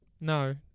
No